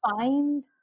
find